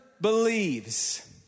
believes